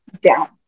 down